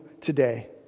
today